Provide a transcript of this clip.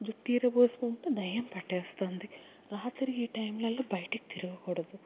జుట్టు ఇరపోసుకుంటే దెయ్యం పట్టేస్తుంది రాత్రి ఈ టైంలలో బయటికి తిరగకూడదు